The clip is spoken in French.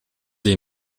est